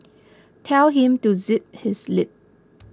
tell him to zip his lip